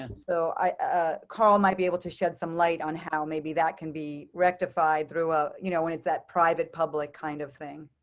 and so i call might be able to shed some light on how maybe that can be rectified through a you know when it's that private, public, kind of thing.